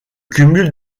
cumul